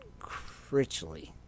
Critchley